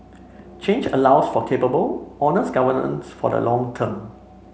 change allows for capable honest governance for the long term